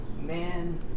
Man